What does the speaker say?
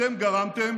אתם גרמתם